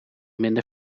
minder